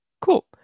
Cool